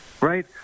right